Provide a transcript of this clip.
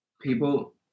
people